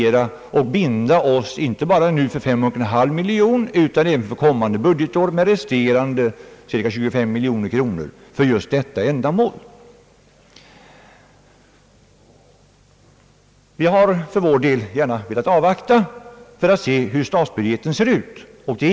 Det skul le betyda att vi nu binder oss inte bara för 5,5 miljoner kronor utan för kommande budgetår också för resterande cirka 25 miljoner kronor. Vi har för vår del velat avvakta och se vad statsbudgeten kommer att innehålla.